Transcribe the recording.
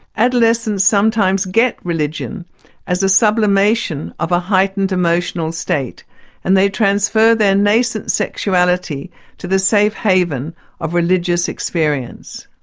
adolescents sometimes get religion as a sublimation of a heightened emotional state and they transfer their nascent sexuality to the safe haven of religious experience.